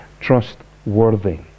trustworthy